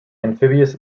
amphibious